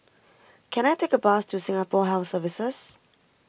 can I take a bus to Singapore Health Services